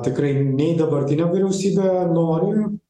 tikrai nei dabartinė vyriausybė nori